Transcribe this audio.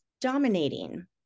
dominating